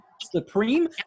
Supreme